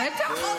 ביקשתי להישאר.